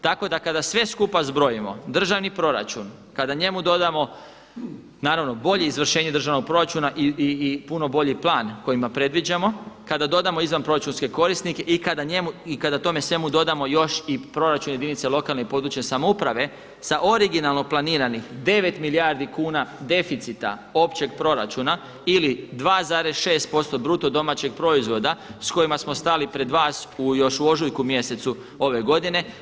Tako da kada sve skupa zbrojimo državni proračun kada njemu dodamo naravno bolje izvršenje državnog proračuna i puno bolji plan kojima predviđamo kada dodamo izvanproračunske korisnike i kada tome svemu dodamo još i proračun jedinice lokalne i područne samouprave sa originalno planiranih 9 milijardi kuna deficita općeg proračuna ili 2,6% bruto domaćeg proizvoda s kojima smo stali pred vas još u ožujku mjesecu ove godine.